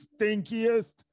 stinkiest